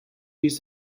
use